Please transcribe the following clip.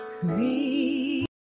free